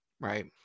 right